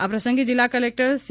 આ પ્રસંગાજિલ્લા collector C